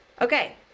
Okay